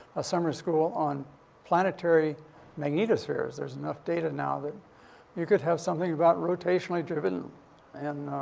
a summer school on planetary magnetospheres. there's enough data now that you could have something about rotationally driven and,